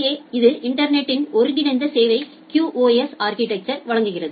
ஏ இது இன்டர்நெட்டில் ஒருங்கிணைந்த சேவை QoS அா்கிடெக்சா் வழங்குகிறது